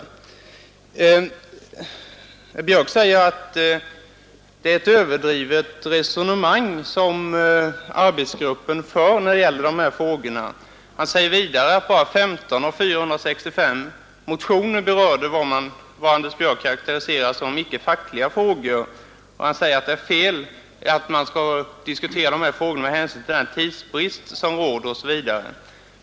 Herr Björck säger att det är ett överdrivet resonemang som arbetsgruppen för när det gäller dessa frågor. Anders Björck säger vidare att bara 15 av 456 motioner berörde vad han karakteriserade som icke fackliga frågor och han menar att det är fel att man skall diskutera sådana frågor, med hänsyn till den tidsbrist som råder osv.